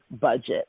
budget